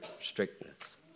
strictness